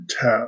tap